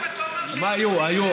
מה היו, מה היו?